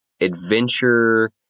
adventure